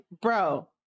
bro